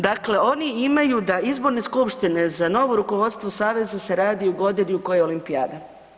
Dakle, oni imaju da izborne skupštine za novo rukovodstvo saveza se rade u godini u kojoj je olimpijada.